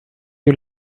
you